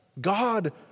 god